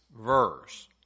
verse